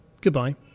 goodbye